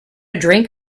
drink